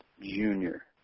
Junior